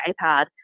ipad